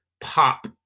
pop